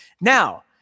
Now